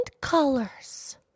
colors